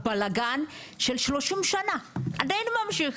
הבלגן של שלושים שנה והם ממשיכים.